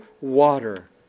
water